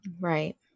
Right